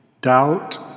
Doubt